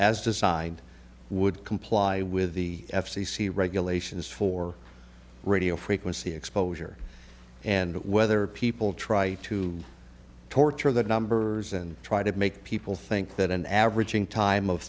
as designed would comply with the f c c regulations for radio frequency exposure and whether people try to torture the numbers and try to make people think that an averaging time of